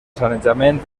sanejament